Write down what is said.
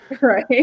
right